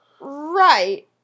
Right